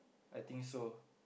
I think so